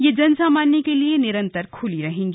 ये जन सामान्य के लिए निरंतर ख्ली रहेंगी